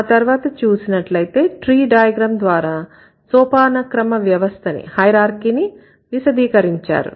ఆ తర్వాత చూసినట్లయితే ట్రీ డైగ్రామ్ ద్వారా సోపానక్రమ వ్యవస్థని విశదీకరించారు